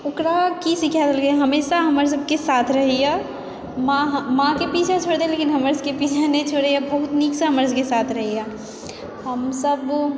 ओकरा की सिखाए देलकै हमेशा हमर सबके साथ रहैए माँके पाछा छोड़ि दैत यऽ लेकिन हमर सबके पाछा नहि छोड़ैए बहुत नीकसँ हमर सबकेँ साथ रहैेए हमसब